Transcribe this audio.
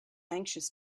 anxious